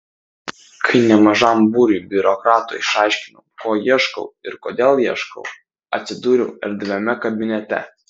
kai nemažam būriui biurokratų išaiškinau ko ieškau ir kodėl ieškau atsidūriau erdviame kabinete